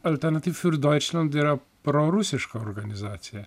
alternativ fiur doičlend yra prorusiška organizacija